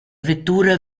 vettura